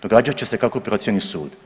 Događat će se kako procijeni sud.